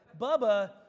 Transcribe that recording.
Bubba